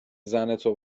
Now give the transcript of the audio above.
زنتو